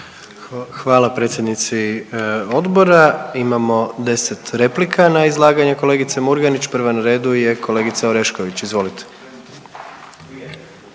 Hvala predsjednici Odbora. Imamo 10 replika na izlaganje kolegice Murganić. Prva na redu je kolegica Orešković, izvolite.